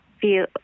feel